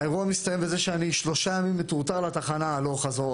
האירוע מסתיים בזה ששלושה ימים אני מטורטר לתחנה הלוך-חזור,